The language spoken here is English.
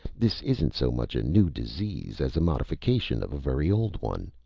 this isn't so much a new disease as a modification of a very old one.